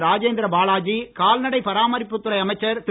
ராஜேந்திர பாலாஜி கால்நடை பராமரிப்புத் துறை அமைச்சர் திரு